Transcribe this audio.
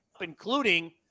including